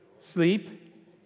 Sleep